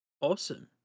Awesome